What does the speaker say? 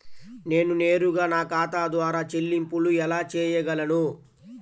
నేను నేరుగా నా ఖాతా ద్వారా చెల్లింపులు ఎలా చేయగలను?